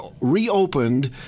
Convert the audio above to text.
reopened